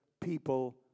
people